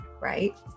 right